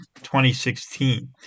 2016